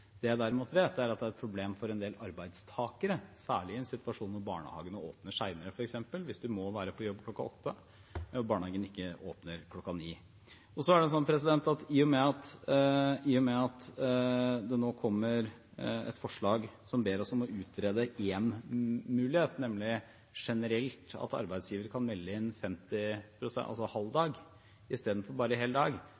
Det jeg derimot vet, er at det er et problem for en del arbeidstakere, særlig i en situasjon da barnehagene åpner senere – f.eks. hvis man må være på jobb kl. 8 og barnehagen ikke åpner før kl. 9. I og med at det nå kommer et forslag som ber oss om å utrede én mulighet, nemlig generelt at arbeidsgiveren kan melde inn